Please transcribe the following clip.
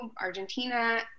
Argentina